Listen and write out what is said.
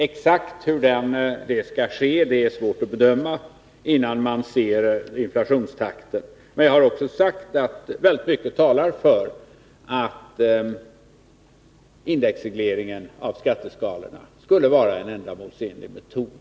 Exakt hur det skall ske är svårt att bedöma, innan man ser inflationstakten. Men jag har också sagt att väldigt mycket talar för att indexreglering av skatteskalorna skulle vara en ändamålsenlig metod.